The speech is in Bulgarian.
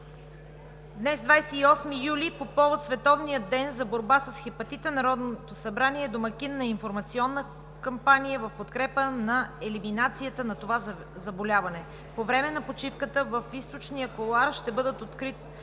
днес – 28 юли, по повод Световния ден за борба с хепатита, Народното събрание е домакин на информационна кампания в подкрепа на елиминацията на това заболяване. По време на почивката в източния кулоар ще бъдат отрити